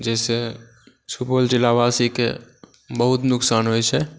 जाहिसॅं सुपौल जिला वासीके बहुत नुकसान होइ छै